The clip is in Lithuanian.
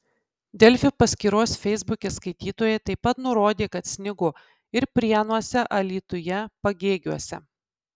delfi paskyros feisbuke skaitytojai taip pat nurodė kad snigo ir prienuose alytuje pagėgiuose